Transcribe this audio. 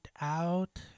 out